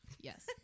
yes